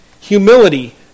humility